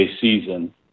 season